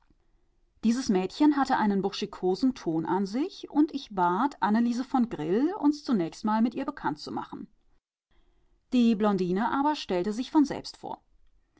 dieses mädchen hatte einen burschikosen ton an sich und ich bat anneliese von grill uns zunächst mal mit ihr bekannt zu machen die blonde stellte sich aber selbst